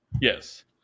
Yes